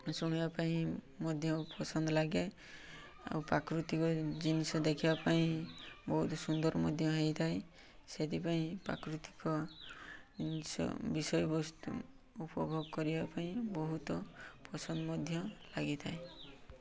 ଶୁଣିବା ପାଇଁ ମଧ୍ୟ ପସନ୍ଦ ଲାଗେ ଆଉ ପ୍ରାକୃତିକ ଜିନିଷ ଦେଖିବା ପାଇଁ ବହୁତ ସୁନ୍ଦର ମଧ୍ୟ ହେଇଥାଏ ସେଥିପାଇଁ ପ୍ରାକୃତିକ ଜିନିଷ ବିଷୟବସ୍ତୁ ଉପଭୋଗ କରିବା ପାଇଁ ବହୁତ ପସନ୍ଦ ମଧ୍ୟ ଲାଗିଥାଏ